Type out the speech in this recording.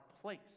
place